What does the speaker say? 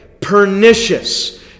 Pernicious